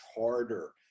harder